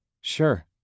Sure